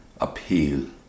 appeal